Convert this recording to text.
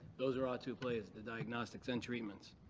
those are all two plays, the diagnostics and treatments.